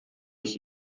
ich